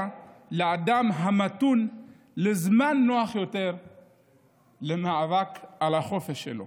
לאדם המתון זמן נוח יותר למאבק על החופש שלו.